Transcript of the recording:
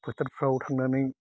फोथारफ्राव थांनानै